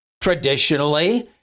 Traditionally